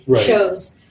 shows